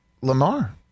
Lamar